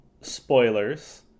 spoilers